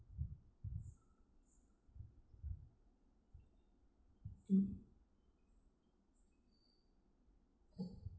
mm